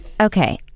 Okay